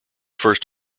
first